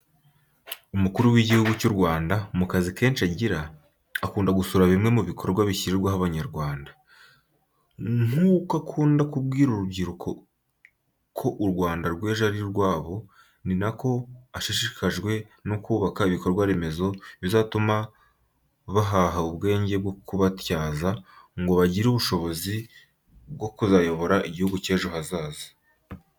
Umukuru w'igihugu cy'u Rwanda, mu kazi kenshi agira, ukunda gusura bimwe mu bikorwa bishyirirwaho Abanyarwanda. Nk'uko akunda kubwira urubyiruko ko u Rwanda rw'ejo ari urwabo, ni nako ashishikajwe no kubaka ibikorwaremezo bizatuma bahaha ubwenge bwo kubatyaza ngo bagire ubushobozi bwo kuzayobora igihugu cy'ejo hazaza.